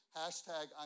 hashtag